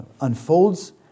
unfolds